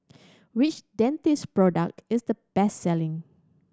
which Dentiste product is the best selling